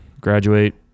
graduate